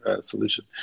solution